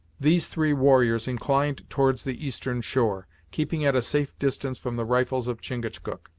these three warriors inclined towards the eastern shore, keeping at a safe distance from the rifles of chingachgook.